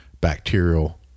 bacterial